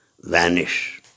vanish